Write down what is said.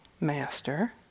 Master